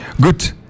Good